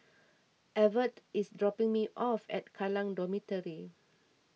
Evertt is dropping me off at Kallang Dormitory